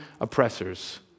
oppressors